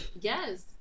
Yes